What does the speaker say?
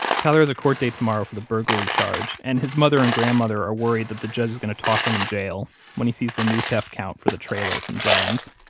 tyler has a court date tomorrow for the burglary charge, and his mother and grandmother are worried that the judge is going to toss him in jail when he sees the new theft count for the trailer from john's.